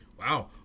Wow